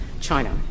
China